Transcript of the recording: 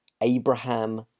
Abraham